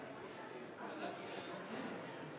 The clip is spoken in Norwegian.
Den